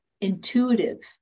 Intuitive